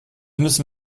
müssen